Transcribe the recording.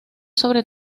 sobre